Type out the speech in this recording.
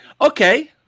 Okay